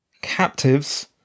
captives